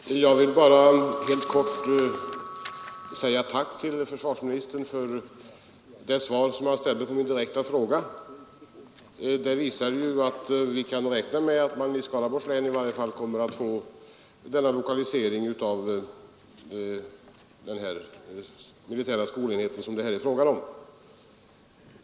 Fru talman! Jag vill bara helt kort tacka försvarsministern för det svar som han lämnade på min direkta fråga. Det visar att vi kan räkna med att man i Skaraborgs län kommer att få denna lokalisering av den militära skolenhet som det här är fråga om.